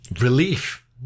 relief